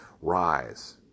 rise